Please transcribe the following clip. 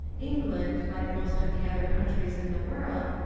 england, like most of the other countries in the world,